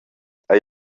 hai